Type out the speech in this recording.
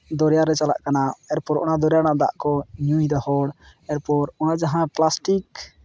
ᱫᱚᱨᱭᱟ ᱨᱮ ᱪᱟᱞᱟᱜ ᱠᱟᱱᱟ ᱮᱨᱯᱚᱨ ᱚᱱᱟ ᱫᱚᱨᱭᱟ ᱨᱮᱭᱟᱜ ᱫᱟᱜ ᱠᱚ ᱧᱩᱭᱫᱟ ᱦᱚᱲ ᱮᱨᱯᱚᱨ ᱚᱱᱟ ᱡᱟᱦᱟᱸ ᱯᱞᱟᱥᱴᱤᱠ